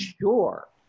sure